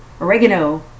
oregano